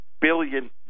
billion